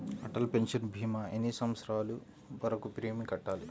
Atal pension భీమా ఎన్ని సంవత్సరాలు వరకు ప్రీమియం కట్టాలి?